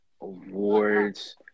awards